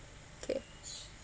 K